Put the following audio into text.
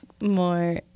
more